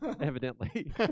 evidently